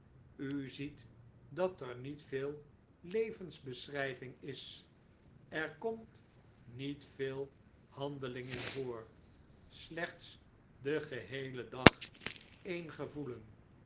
u ziet dat er niet veel ievensbeschrijving is er komt niet veel handeling in voor slechts den geheelen dag een gevoelen